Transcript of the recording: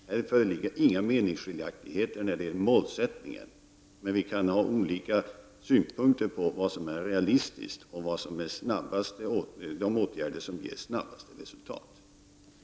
Här föreligger inga meningsskiljaktigheter när det gäller målsättningen, men vi kan ha olika synpunkter på vad som är realistiskt och vilka åtgärder som ger snabbast resultat.